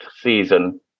season